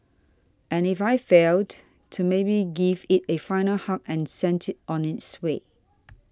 and if I failed to maybe give it a final hug and send it on its way